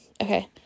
Okay